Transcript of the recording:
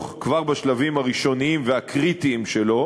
כבר בשלבים הראשוניים והקריטיים שלו,